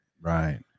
Right